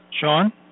Sean